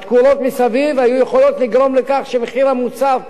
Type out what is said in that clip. התקורות מסביב היו יכולות לגרום לכך שמחיר המוצר באופקים,